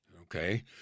Okay